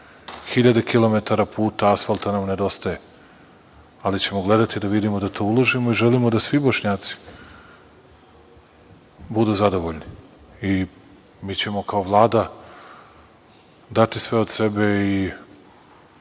puta asfalta nam nedostaje, ali ćemo gledati da vidimo da tu uložimo i želimo da svi Bošnjaci budu zadovoljni i mi ćemo kao Vlada dati sve od sebe i